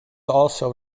also